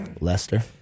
Lester